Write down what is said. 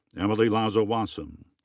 emily lazo-wasem.